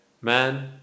man